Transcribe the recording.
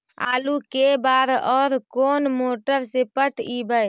आलू के बार और कोन मोटर से पटइबै?